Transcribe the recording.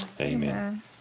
Amen